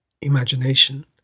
imagination